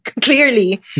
Clearly